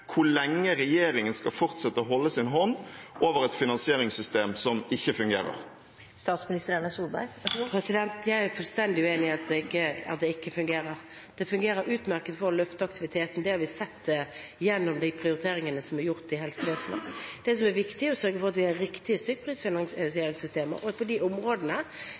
hvor lenge regjeringen skal fortsette å holde sin hånd over et finansieringssystem som ikke fungerer. Jeg er fullstendig uenig i at det ikke fungerer. Det fungerer utmerket for å løfte aktiviteten. Det har vi sett gjennom de prioriteringene som er gjort i helsevesenet. Det som er viktig, er å sørge for at vi har riktige stykkprisfinansieringssystemer, og at vi på de områdene